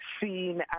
seen